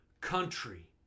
country